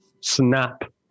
snap